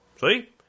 See